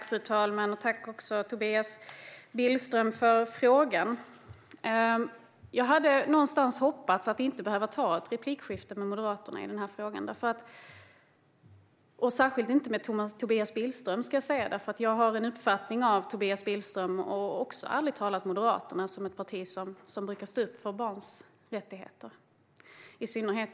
Fru talman! Jag vill tacka Tobias Billström för frågan. Jag hade hoppats att inte behöva ta ett replikskifte med Moderaterna, och särskilt inte med Tobias Billström, i den här frågan. Jag har nämligen en uppfattning om Tobias Billström och Moderaterna som en ledamot och ett parti som brukar stå upp för barns rättigheter.